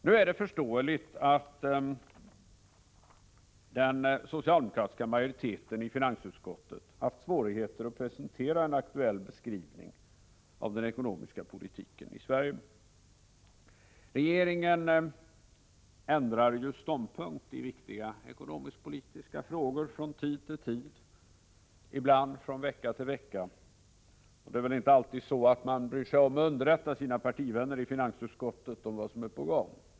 Nu är det förståeligt att den socialdemokratiska majoriteten i finansutskottet haft svårigheter att presentera en aktuell beskrivning av den ekonomiska politiken i Sverige. Regeringen ändrar ju ståndpunkt i viktiga ekonomiskpolitiska frågor från tid till tid, och ibland från vecka till vecka, och det är väl inte alltid så att man bryr sig om att underrätta sina partivänner i finansutskottet om vad som är på gång.